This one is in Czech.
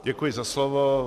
Děkuji za slovo.